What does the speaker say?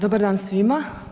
Dobar dan svima.